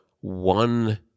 one